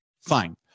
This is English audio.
Fine